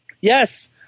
Yes